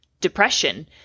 depression